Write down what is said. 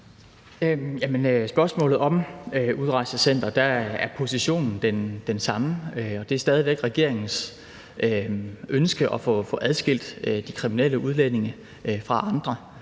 spørgsmålet om udrejsecenteret er positionen den samme. Det er stadig væk regeringens ønske at få adskilt de kriminelle udlændinge fra andre